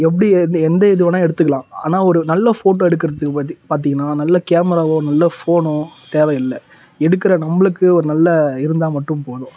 எப்படி எந்த எந்த இது வேணால் எடுத்துக்கலாம் ஆனால் ஒரு நல்ல ஃபோட்டோ எடுக்கிறதுக்கு பாத்தி பார்த்தீங்கன்னா நல்ல கேமராவோ நல்ல ஃபோன்னோ தேவையில்ல எடுக்கிற நம்மளுக்கு ஒரு நல்ல இருந்தால் மட்டும் போதும்